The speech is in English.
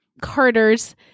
Carter's